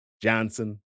Johnson